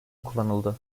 kullanıldı